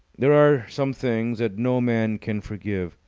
there are some things that no man can forgive.